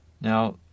Now